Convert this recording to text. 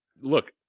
look